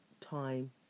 time